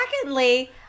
Secondly